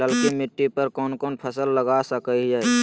ललकी मिट्टी पर कोन कोन फसल लगा सकय हियय?